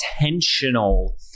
intentional